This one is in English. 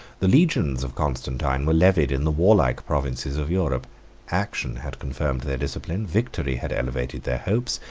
the legions of constantine were levied in the warlike provinces of europe action had confirmed their discipline, victory had elevated their hopes,